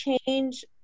change